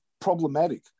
problematic